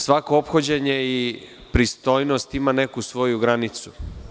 Svako ophođenje i pristojnost ima neku svoju granicu.